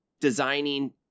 designing